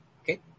Okay